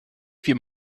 wie